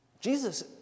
Jesus